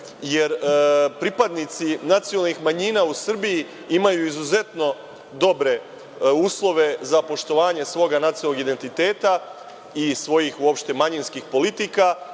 jer pripadnici nacionalnih manjina u Srbiji imaju izuzetno dobre uslove za poštovanje svog nacionalnog identiteta i svojih uopšte manjinskih politika